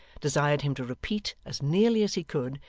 desired him to repeat, as nearly as he could,